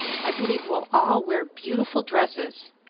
i believe we'll all wear beautiful dresses.